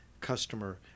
customer